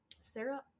Sarah